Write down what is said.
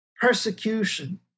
persecution